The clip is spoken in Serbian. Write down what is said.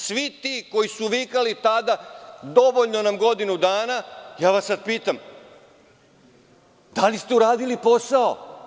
Svi ti koji su vikali tada dovoljno nam je godinu dana, sada vas pitam da li ste uradili posao?